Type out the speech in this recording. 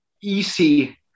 easy